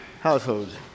households